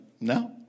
No